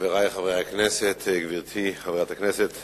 חברי חברי הכנסת, גברתי חברת הכנסת